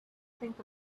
think